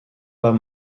pas